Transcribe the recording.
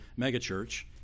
megachurch